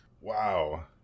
Wow